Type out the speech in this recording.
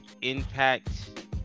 impact